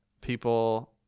people